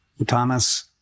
Thomas